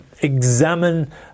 examine